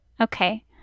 Okay